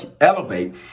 elevate